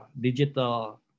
digital